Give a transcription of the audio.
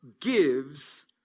gives